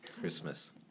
Christmas